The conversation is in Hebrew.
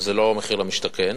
זה לא מחיר למשתכן.